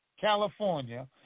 California